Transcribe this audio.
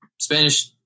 Spanish